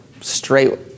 straight